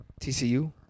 TCU